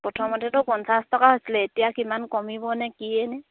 প্ৰথমতেতো পঞ্চাছ টকা হৈছিলে এতিয়া কিমান কমিব নে কিয়ে নে